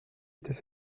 était